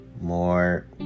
more